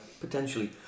potentially